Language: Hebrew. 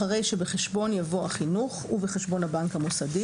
אחרי "שבחשבון" יבוא "החינוך ובחשבון הבנק המוסדי"